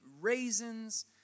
raisins